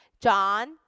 John